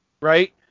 Right